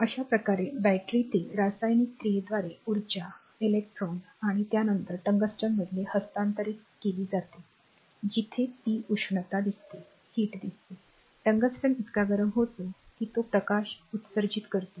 अशा प्रकारे बॅटरीतील रासायनिक क्रियेद्वारे ऊर्जा इलेक्ट्रॉन आणि त्यानंतर टंगस्टनमध्ये हस्तांतरित केली जाते जिथे ती उष्णता दिसतेटंगस्टन इतका गरम होतो की तो प्रकाश उत्सर्जित करतो